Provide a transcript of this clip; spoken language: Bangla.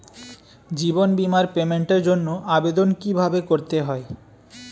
জীবন বীমার পেমেন্টের জন্য আবেদন কিভাবে করতে হয়?